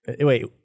Wait